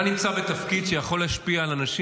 ממש חבורת ליצנים.